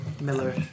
Miller